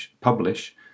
publish